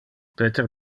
peter